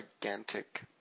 gigantic